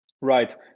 right